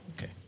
Okay